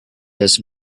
does